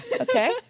okay